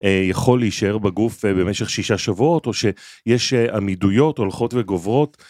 יכול להישאר בגוף במשך שישה שבועות או שיש עמידויות הולכות וגוברות.